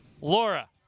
Laura